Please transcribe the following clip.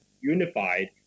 unified